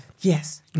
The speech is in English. Yes